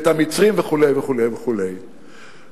והמצרים וכו' וכו' וכו'.